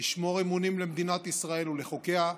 לשמור אמונים למדינת ישראל ולחוקיה,